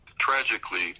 Tragically